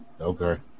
Okay